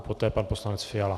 Poté pan poslanec Fiala.